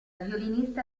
violinista